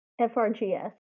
F-R-G-S